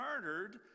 murdered